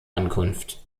ankunft